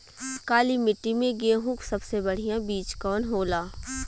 काली मिट्टी में गेहूँक सबसे बढ़िया बीज कवन होला?